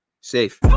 Safe